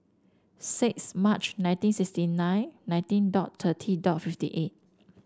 six March nineteen sixty nine nineteen dot thirty dot fifty eight